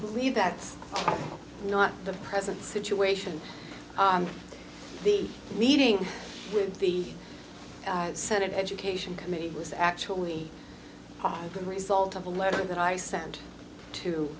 believe that's not the present situation on the meeting with the senate education committee was actually the result of a letter that i sent to